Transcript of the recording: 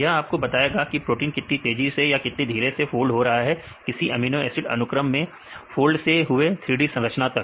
यह आपको बताएगा कि प्रोटीन कितनी तेजी से या कितने धीरे से फोल्ड हो रहा है किसी अमीनो एसिड अनुक्रम से फोल्ड हुए 3D संरचना तक